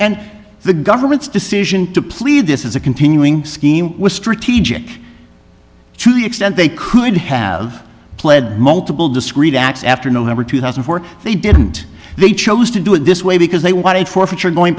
and the government's decision to plead this is a continuing scheme was strategic to the extent they could have pled multiple discrete acts after november two thousand and four they didn't they chose to do it this way because they wanted forfeiture going